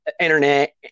internet